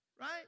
Right